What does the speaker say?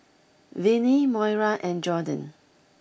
Vinie Moira and Jorden